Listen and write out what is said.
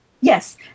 Yes